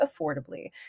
affordably